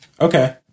Okay